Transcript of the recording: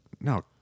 no